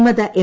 വിമത എം